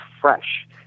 fresh